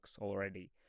already